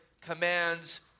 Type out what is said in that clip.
commands